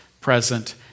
present